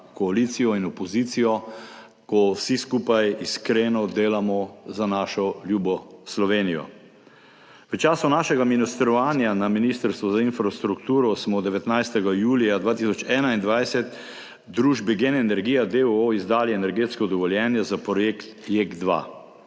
koalicijo in opozicijo, ko vsi skupaj iskreno delamo za našo ljubo Slovenijo. V času našega ministrovanja na Ministrstvu za infrastrukturo smo 19. julija 2021 družbi Gen energija, d. o. o., izdali energetsko dovoljenje za projekt JEK2.